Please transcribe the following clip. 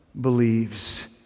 believes